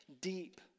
deep